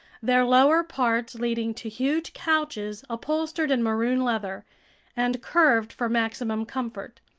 their lower parts leading to huge couches upholstered in maroon leather and curved for maximum comfort.